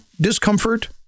discomfort